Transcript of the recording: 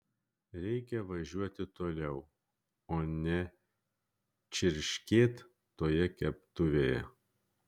reikia važiuoti toliau o ne čirškėt toje keptuvėje